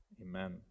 Amen